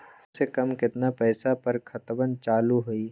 सबसे कम केतना पईसा पर खतवन चालु होई?